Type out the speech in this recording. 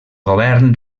govern